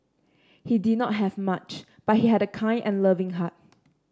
he did not have much but he had a kind and loving heart